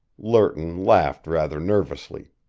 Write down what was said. lerton laughed rather nervously.